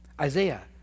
Isaiah